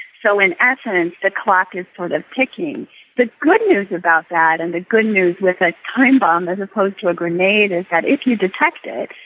so in essence the clock is sort of ticking. the good news about that and the good news with a time bomb as opposed to a grenade is that if you detect it,